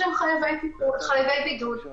לזה